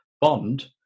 Bond